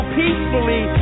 peacefully